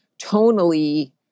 tonally